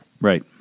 Right